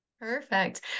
Perfect